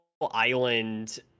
Island